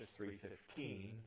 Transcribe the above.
3.15